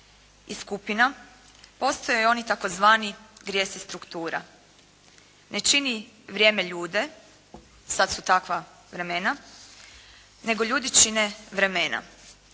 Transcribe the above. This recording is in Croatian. i skupina postoje oni tzv. grijesi struktura. Ne čini vrijeme ljude, sad su takva vremena nego ljudi čine vremena.